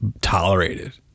tolerated